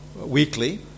weekly